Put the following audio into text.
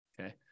Okay